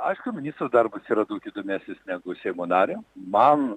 aišku ministro darbas yra daug įdomesnis negu seimo nario man